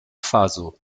faso